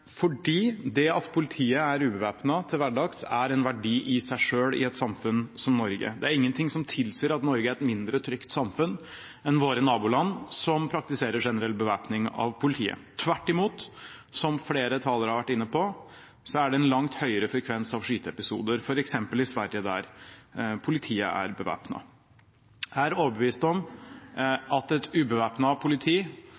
fordi det at politiet er ubevæpnet til hverdags, er en verdi i seg selv i et samfunn som Norge. Det er ingenting som tilsier at Norge er et mindre trygt samfunn enn våre naboland, som praktiserer generell bevæpning av politiet. Tvert imot er det, som flere talere har vært inne på, en langt høyere frekvens av skyteepisoder f.eks. i Sverige, der politiet er bevæpnet. Jeg er overbevist om at et ubevæpnet politi,